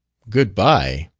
good-bye?